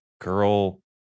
girl